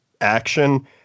action